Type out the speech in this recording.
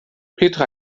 petra